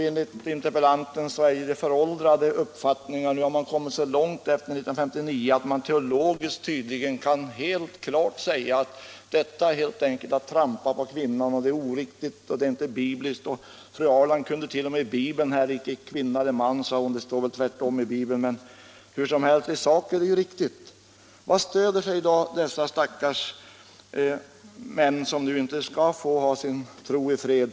Enligt interpellanten har man i denna fråga en föråldrad uppfattning, men nu har vi ändå efter 1959 kommit så långt — anser han — att man teologiskt tydligen helt klart kan säga att detta är att trampa på kvinnan, det är oriktigt, det är inte bibliskt osv. Fru Ahrland citerade t.o.m. ur Bibeln. ”Här är icke kvinna eller man”, sade hon. Nu står det väl tvärt om i Bibeln, men det är hur som helst riktigt Vad stöder sig då dessa stackars män på, som nu inte skall få ha sin tro i fred?